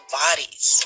bodies